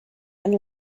and